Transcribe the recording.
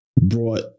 brought